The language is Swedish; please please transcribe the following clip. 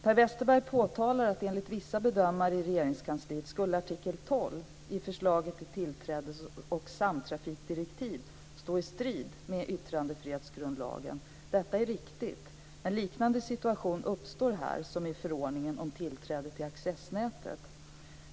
Per Westerberg påtalar att enligt vissa bedömare i Regeringskansliet skulle artikel 12 i förslaget till tillträdes och samtrafikdirektiv stå i strid med yttrandefrihetsgrundlagen. Detta är riktigt; en liknande situation uppstår här som i förordningen om tillträde till accessnätet.